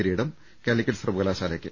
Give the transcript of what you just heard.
കിരീടം കാലിക്കറ്റ് സർവകലാശാലയ്ക്ക്